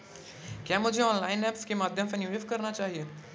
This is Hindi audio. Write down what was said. क्या मुझे ऑनलाइन ऐप्स के माध्यम से निवेश करना चाहिए?